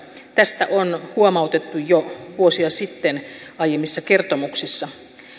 tästä on huomautettu jo vuosia sitten aiemmissa kertomuksissa